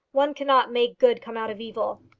one cannot make good come out of evil.